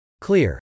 Clear